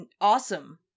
awesome